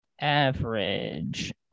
average